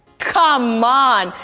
come on,